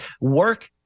work